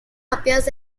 appears